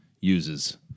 uses